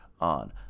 on